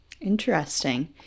Interesting